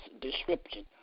description